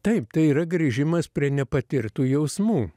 taip tai yra grįžimas prie nepatirtų jausmų